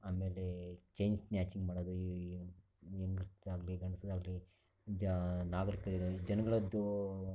ಆಮೇಲೆ chain snatching ಮಾಡೋದು ಈ ಹೆಂಗಸರಾಗಲಿ ಗಂಡಸ್ರಾಗಲಿ ಗ್ಲಿ ಜ ನಾಗರೀಕರದ್ದು ಈ ಜನಗಳದ್ದು